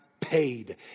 paid